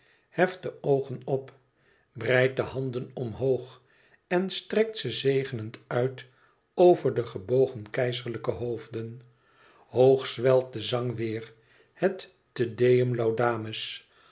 heft de oogen op breidt de handen omhoog en strekt ze zegenend uit over de gebogen keizerlijke hoofden hoog zwelt de zang weêr het te deum laudamus